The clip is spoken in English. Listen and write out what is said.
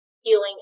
healing